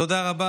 תודה רבה.